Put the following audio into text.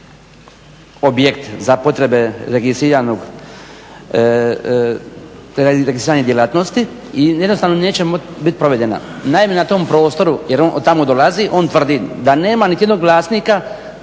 objekt za potrebe registrirane djelatnosti i jednostavno neće biti provedena. Naime, na tom prostoru jer on od tamo odlazi, on tvrdi da nema niti jednog vlasnika